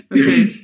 Okay